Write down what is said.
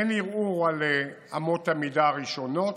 אין ערעור על אמות המידה הראשונות.